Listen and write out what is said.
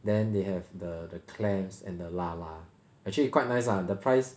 then they have the the clams and the lala actually quite nice ah the price